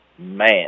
Man